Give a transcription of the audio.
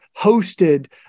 hosted